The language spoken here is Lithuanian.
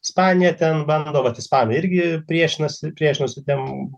ispaniją ten bando vat ispanai irgi priešinasi priešinosi tiem